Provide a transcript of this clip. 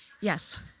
yes